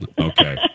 Okay